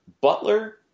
Butler